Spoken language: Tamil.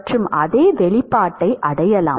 மற்றும் அதே வெளிப்பாட்டை அடையலாம்